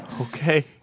Okay